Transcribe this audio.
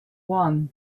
one